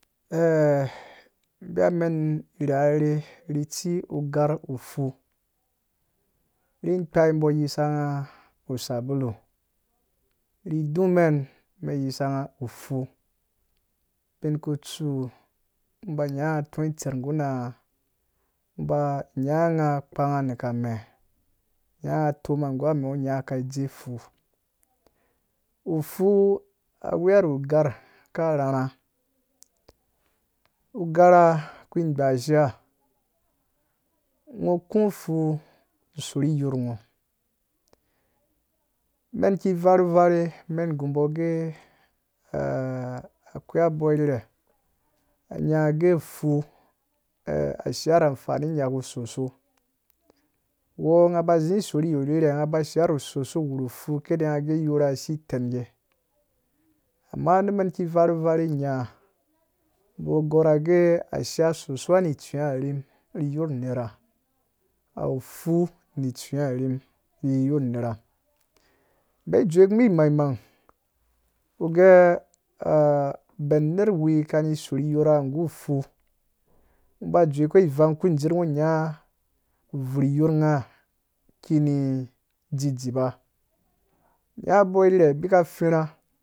mbeya mɛn irherha arherha ri tsi ugarh ufui ukpai mbɔ yisa ngã “sabulu” ri dũmɛ̃n mɛn yisa nga tɔ itser nggu na nga ufu ubin kutsu ngo ba nyanga nga kpanga nu ame nyanga utoma nga kpanga nuku ame ngɔ nya nga ka idze fu ufuu aweya nu ugarh akrharha ugarh kpu ingbashiya, ngo ku ufu sorhi iyorh ngɔ mɛn ki rarhe mɛn gu mbɔ ge akwei abɔ irhirhe anyanga ge fu ashiya nu amfani nu nyaku usoso, uwɔ nga ba zi isohi iyorh, nga ba shiya nu rhu soso nga wu rhu ufu kee nga gɛ iyorh nga isi itɛnge ama nu mɛn ki varhu varhe mi nya mbɔ agɔr agɛ ashiya usoso nga ni tsuwe arhim ni iyorh unerha mbee dzowu kũ mbi imangmang uge bɛn unerhwi kani sorhi iyorha ngu fu ngo ba dzowu ko ivang ku ndirh ngɔ nya uvurh iyorh nga kini idzi dzipa nya abɔ irherhe awu abika firha